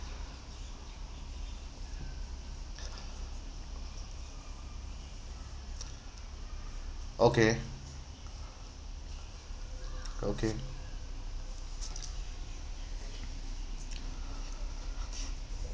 okay okay